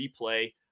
replay